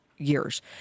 years